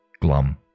glum